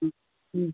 ହୁଁ ହୁଁ